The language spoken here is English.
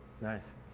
Nice